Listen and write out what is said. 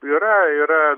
yra yra